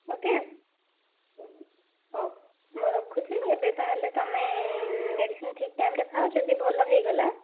okay ହଉ ମୁଁ ରଖୁଛି ଏବେ ତାହେଲେ ତମେ ମେଡ଼ିସିନ୍ ଠିକ୍ ଟାଇମ୍ରେ ଖାଅ ଯଦି ଭଲ ହେଇଗଲା